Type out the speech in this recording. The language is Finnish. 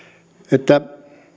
että